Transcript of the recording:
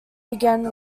began